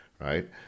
right